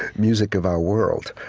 music of our world.